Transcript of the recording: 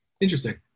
interesting